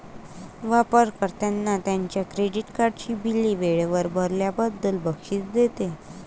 वापर कर्त्यांना त्यांच्या क्रेडिट कार्डची बिले वेळेवर भरल्याबद्दल बक्षीस देते